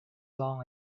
long